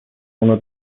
اونو